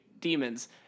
demons